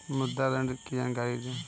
मुद्रा ऋण की जानकारी दें?